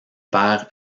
père